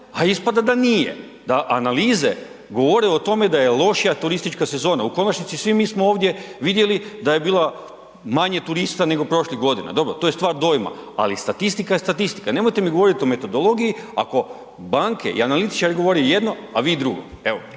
a ispada da nije. Da analize govore o tome da je lošija turistička sezona. U konačnici, svi mi smo ovdje vidjeli da je bilo manje turista nego prošlih godina, dobro, to je stvar dojma, ali statistika je statistika. Nemojte mi govoriti o metodologiji ako banke i analitičari govore jedno, a vi drugo.